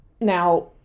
Now